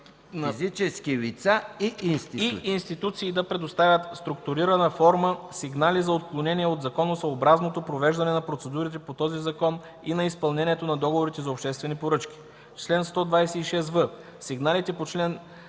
физически лица и институции